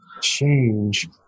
Change